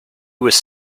was